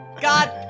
god